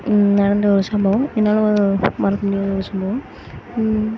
நடந்த ஒரு சம்பவம் என்னால் மறக்க முடியாத ஒரு சம்பவம்